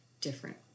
different